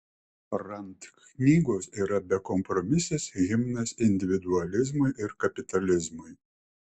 rand knygos yra bekompromisis himnas individualizmui ir kapitalizmui